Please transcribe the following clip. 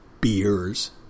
beers